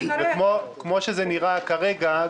כמו שזה נראה כרגע,